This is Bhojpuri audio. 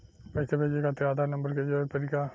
पैसे भेजे खातिर आधार नंबर के जरूरत पड़ी का?